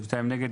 2 נמנעים,